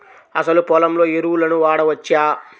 అసలు పొలంలో ఎరువులను వాడవచ్చా?